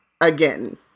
again